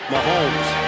Mahomes